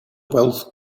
wealth